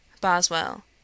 Boswell